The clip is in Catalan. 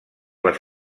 les